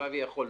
הלוואי ויכולנו.